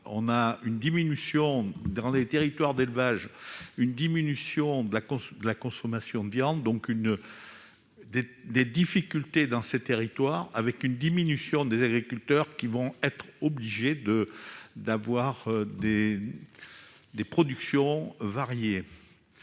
on a une diminution dans les territoires d'élevage, une diminution de la course de la consommation de viande donc une des difficultés dans ces territoires avec une diminution des agriculteurs qui vont être obligés de d'avoir des des productions variées